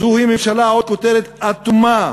זוהי ממשלה, עוד כותרת, אטומה,